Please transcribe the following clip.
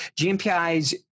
GMPI's